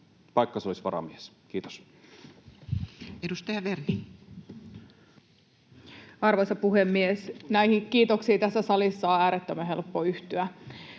vaikka se olisi varamies. — Kiitos. Edustaja Werning. Arvoisa puhemies! Näihin kiitoksiin tässä salissa on äärettömän helppo yhtyä,